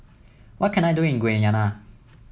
what can I do in Guyana